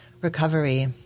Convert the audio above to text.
recovery